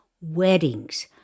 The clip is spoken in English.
weddings